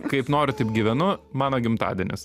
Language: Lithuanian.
kaip noriu taip gyvenu mano gimtadienis